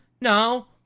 No